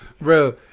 Bro